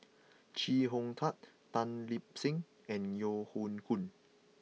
Chee Hong Tat Tan Lip Seng and Yeo Hoe Koon